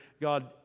God